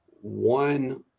one